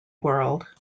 world